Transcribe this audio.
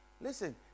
Listen